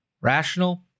Rational